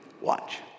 Watch